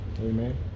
amen